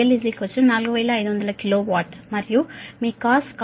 కాబట్టి PL 4500 kilowatt మరియు మీ cos 0